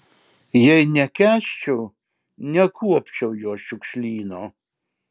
jei nekęsčiau nekuopčiau jo šiukšlyno